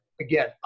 again